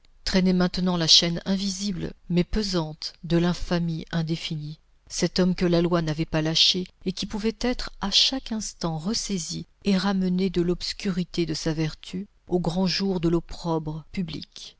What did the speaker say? traînait maintenant la chaîne invisible mais pesante de l'infamie indéfinie cet homme que la loi n'avait pas lâché et qui pouvait être à chaque instant ressaisi et ramené de l'obscurité de sa vertu au grand jour de l'opprobre public